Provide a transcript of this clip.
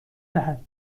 دهد